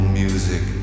music